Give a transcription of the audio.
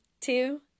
two